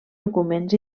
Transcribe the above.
documents